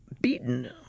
beaten